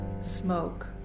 smoke